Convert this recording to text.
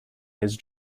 his